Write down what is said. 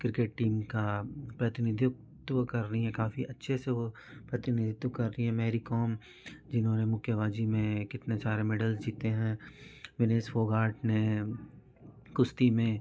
cricket team का प्रतिनिधित्व कर रही हैं काफी अच्छे से वे प्रतिनिधित्व कर रही हैं मैरी कोम जिन्होंने मुक्केबाज़ी में कितने सारे मेडल्स जीते हैं विनेश फोगाट ने कुश्ती में